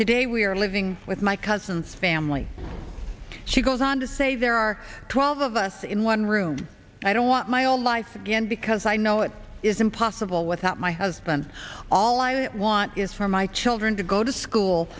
today we are living with my cousins family she goes on to say there are twelve of us in one room i don't want my own life again because i know it is impossible without my husband all i want is for my children to go to school